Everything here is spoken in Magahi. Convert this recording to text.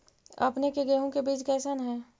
अपने के गेहूं के बीज कैसन है?